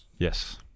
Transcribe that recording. Yes